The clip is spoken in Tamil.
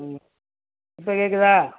ம் இப்போ கேட்குதா